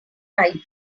tight